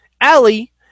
Allie